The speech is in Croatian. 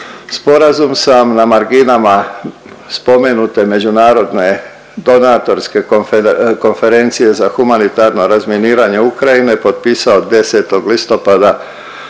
Sporazum sam na marginama spomenute međunarodne donatorske konferencije za humanitarno razminiranje Ukrajine potpisao 10. listopada